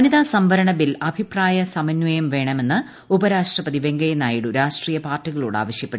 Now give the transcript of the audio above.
വനിതാ സംവരണ ബില്ലിൽ അഭിപ്രായ സമന്വയം വേണമെന്ന് ഉപരാഷ്ട്രപതി വെങ്കയ്യ നായിഡു രാഷ്ട്രീയ പാർട്ടികളോട് ആവശ്യപ്പെട്ടു